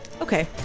Okay